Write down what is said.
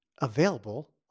available